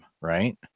Right